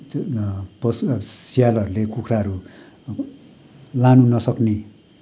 त्यो पशु अब स्यालहरूले कुखुराहरू लानु नसक्ने